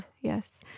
Yes